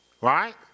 Right